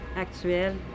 actuelle